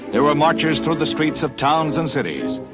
there were marches through the streets of towns and cities.